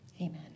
amen